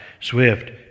swift